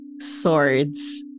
swords